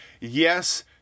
yes